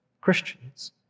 Christians